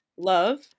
love